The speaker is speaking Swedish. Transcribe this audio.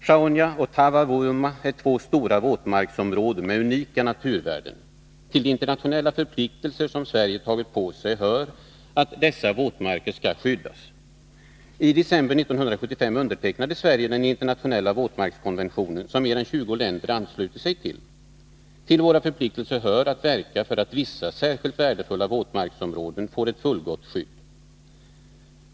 Sjaunja och Taavavuoma är två stora våtmarksområden med unika naturvärden. Till de internationella förpliktelser som Sverige tagit på sig hör att dessa våtmarker skall skyddas. I december 1975 undertecknade Sverige den internationella våtmarkskonventionen, som mer än 20 länder anslutit sig till. Till våra förpliktelser hör att verka för att vissa särskilt värdefulla våtmarksområden får ett fullgott skydd.